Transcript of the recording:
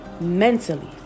mentally